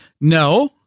No